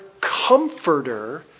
comforter